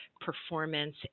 performance